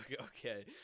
okay